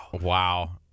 Wow